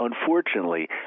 Unfortunately